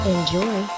Enjoy